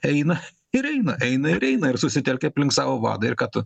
eina ir eina eina ir eina ir susitelkę aplink savo vadą ir ką tu